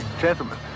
Gentlemen